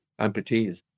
amputees